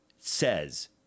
says